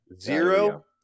Zero